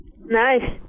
Nice